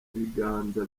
biganza